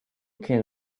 can